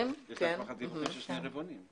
יש לה דיווחים של שני רבעונים.